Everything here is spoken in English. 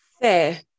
fair